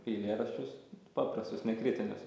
eilėraščius paprastus nekritinius